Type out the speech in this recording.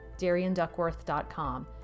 DarianDuckworth.com